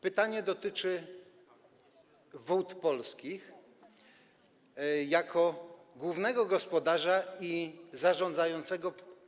Pytanie dotyczy Wód Polskich jako głównego gospodarza i zarządzającego.